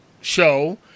show